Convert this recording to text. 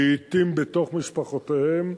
לעתים בתוך משפחותיהם,